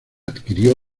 adquirió